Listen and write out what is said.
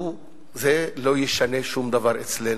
זה לא ישנה שום דבר אצלנו,